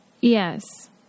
Yes